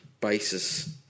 basis